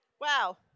Wow